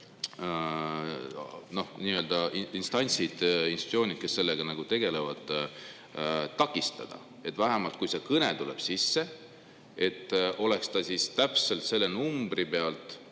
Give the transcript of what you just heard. saa Eesti instantsid, institutsioonid, kes sellega tegelevad, takistada? Et vähemalt, kui see kõne tuleb sisse, oleks ta täpselt selle numbri pealt,